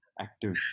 active